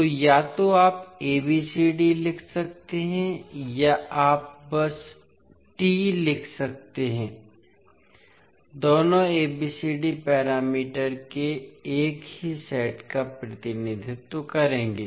तो या तो आप ABCD लिख सकते हैं या आप बस टी लिख सकते हैं दोनों ABCD पैरामीटर के एक ही सेट का प्रतिनिधित्व करेंगे